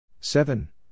Seven